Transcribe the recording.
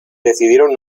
decidieron